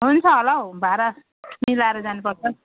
हुन्छ होला हौ भाडा मिलाएर जानुपर्छ